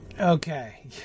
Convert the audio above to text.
Okay